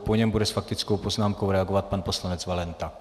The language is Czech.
Po něm bude s faktickou poznámkou reagovat pan poslanec Valenta.